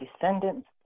descendants